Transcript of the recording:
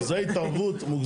זו התערבות מוגזמת.